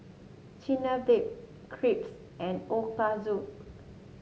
Chigenabe Crepe and Ochazuke